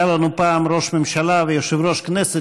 היה לנו פעם ראש ממשלה ויושב-ראש כנסת